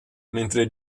mentre